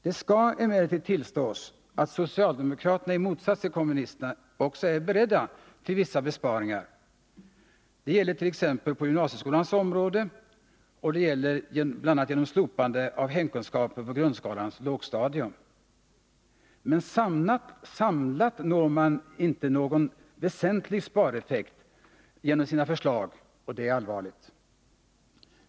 Det skall emellertid tillstås att socialdemokraterna i motsats till kommunisterna också är beredda till vissa besparingar, t.ex. när det gäller gymnasieskolan och genom slopande av hemkunskapen på grundskolans lågstadium. Men samlat når man inte någon väsentlig spareffekt genom sina förslag, och det är allvarligt.